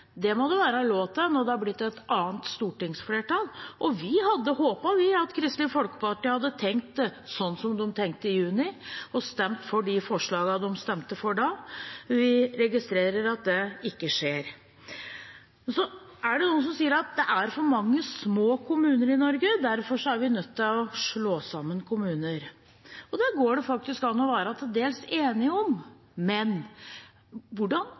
Det må det være lov til når det er blitt et annet stortingsflertall. Vi hadde håpet at Kristelig Folkeparti hadde tenkt sånn som de tenkte i juni og stemt for de forslagene de stemte for da. Vi registrerer at det ikke skjer. Så er det noen som sier at det er for mange små kommuner i Norge, og derfor er vi nødt til å slå sammen kommuner. Det går det faktisk an å være til dels enig om. Men hvordan